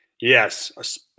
Yes